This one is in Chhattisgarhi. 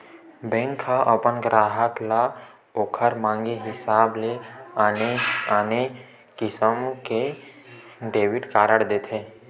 बेंक ह अपन गराहक ल ओखर मांगे हिसाब ले आने आने किसम के डेबिट कारड देथे